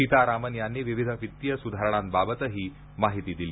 सीतारामन यांनी विविध वित्तीय सुधारणांबाबतही माहिती दिली